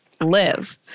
live